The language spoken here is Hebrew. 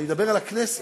אני מדבר על הכנסת.